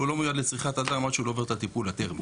הוא לא מיועד לצריכת אדם עד שהוא לא עובר את הטיפול התרמי.